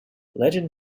legend